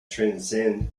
transcend